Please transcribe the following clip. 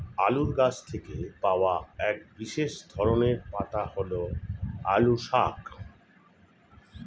আলু গাছ থেকে পাওয়া এক বিশেষ ধরনের পাতা হল আলু শাক